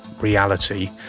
reality